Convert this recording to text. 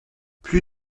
plus